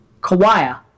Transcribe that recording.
Kawaya